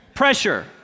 Pressure